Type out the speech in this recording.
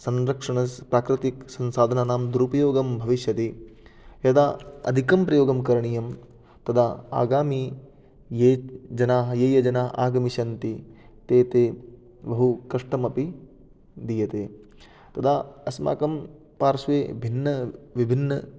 संरक्षणस् प्राकृतिकसंसाधनानां दुरुपयोगं भविष्यति यदा अधिकं प्रयोगं करणीयं तदा आगामी ये जनाः ये ये जनाः आगमिष्यन्ति ते ते बहुकष्टम् अपि दीयते तदा अस्माकं पार्श्वे भिन्नविभिन्न